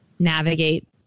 navigate